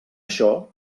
això